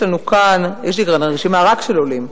יש לי כאן רשימה רק של עולים,